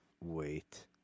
wait